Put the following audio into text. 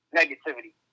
negativity